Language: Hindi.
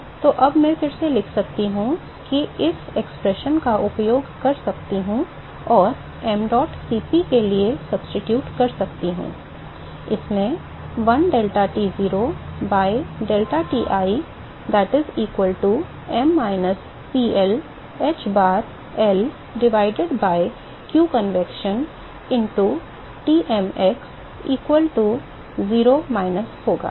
तो अब मैं फिर से लिख सकता हूं कि मैं इस अभिव्यक्ति का उपयोग कर सकता हूं और mdot Cp के लिए स्थानापन्न कर सकता हूं इसमें one deltaT0 by deltaTi that is equal to minus PL h bar L divided by q convection into Tmx equal to 0 minus होगा